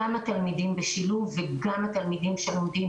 גם התלמידים שבשילוב וגם התלמידים שלומדים